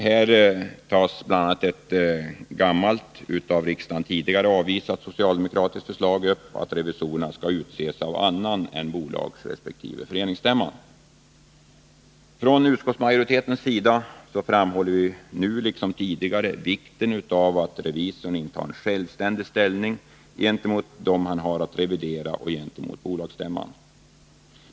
Här tar socialdemokraterna upp ett gammalt — av riksdagen tidigare avvisat — socialdemokratiskt förslag att revisorerna skall utses av annan än bolagsresp. föreningsstämman. Från utskottsmajoritetens sida framhåller vi nu liksom tidigare vikten av att revisorn intar en självständig ställning gentemot dem han har att revidera och gentemot bolagsstämman.